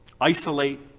Isolate